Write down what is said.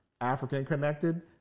African-connected